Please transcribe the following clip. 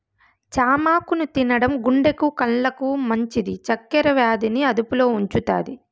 చామాకు తినడం గుండెకు, కండ్లకు మంచిది, చక్కర వ్యాధి ని అదుపులో ఉంచుతాది